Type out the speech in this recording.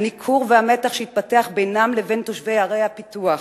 הניכור והמתח שהתפתח בינם לבין תושבי ערי הפיתוח,